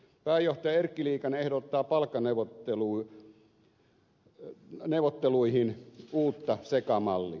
pääjohtaja erkki liikanen ehdottaa palkkaneuvotteluihin uutta sekamallia